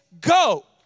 go